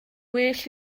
well